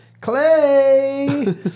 Clay